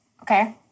Okay